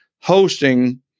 hosting